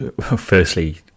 firstly